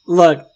look